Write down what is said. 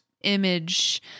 image